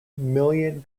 million